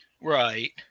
Right